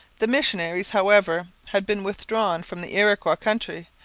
the missionaries, however, had been withdrawn from the iroquois country,